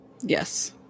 Yes